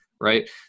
Right